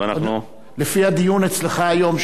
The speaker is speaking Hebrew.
לפי הדיון אצלך היום,